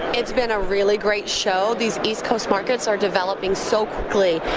it's been a really great show. these east coast markets are developing so quickly.